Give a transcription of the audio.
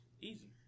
Easy